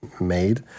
made